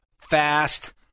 fast